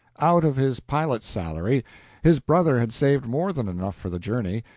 out of his pilot's salary his brother had saved more than enough for the journey,